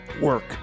work